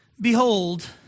Behold